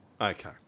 Okay